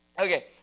Okay